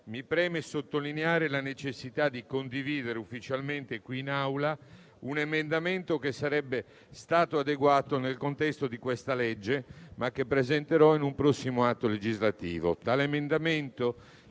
mi preme sottolineare la necessità di condividere ufficialmente qui in Aula un emendamento che sarebbe stato adeguato nel contesto di questa legge, ma che presenterò in un prossimo atto legislativo.